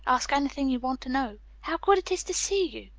ask anything you want to know. how good it is to see you!